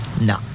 No